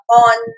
on